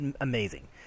amazing